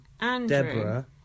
Deborah